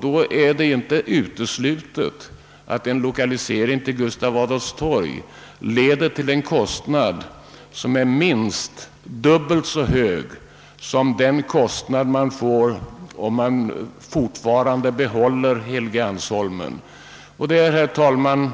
Då är det inte uteslutet att en lokalisering till Gustav Adolfs torg leder till en kostnad som är minst dubbelt så hög som den man får om man behåller Helgeandsholmen. Det är, herr talman,